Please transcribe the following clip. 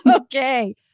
Okay